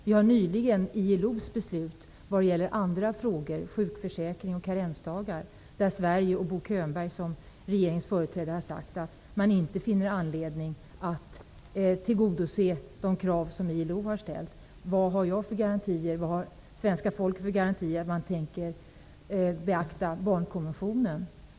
Vi fick nyligen ILO:s beslut vad gäller andra frågor, sjukförsäkringen och karensdagarna. Sverige och Bo Könberg som regeringens företrädare har sagt att man inte finner anledning att tillgodose de krav som ILO har ställt. Vad har svenska folket för garantier för att man tänker beakta barnkonventionen?